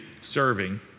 serving